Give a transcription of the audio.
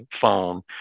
phone